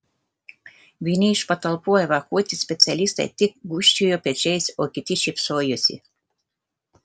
vieni iš patalpų evakuoti specialistai tik gūžčiojo pečiais o kiti šypsojosi